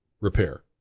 Repair